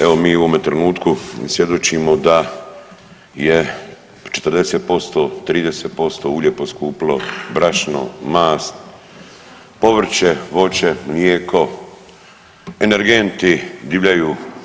Evo mi u ovome trenutku svjedočimo da je 40%, 30% ulje poskupilo, brašno, mast, povrće, voće, mlijeko, energenti divljaju.